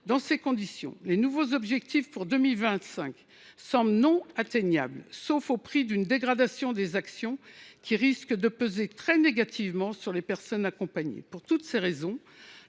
Dans ces conditions, les nouveaux objectifs pour 2025 semblent inatteignables, à moins d’une dégradation des actions qui risque de peser très négativement sur les personnes accompagnées. Pour toutes ces raisons,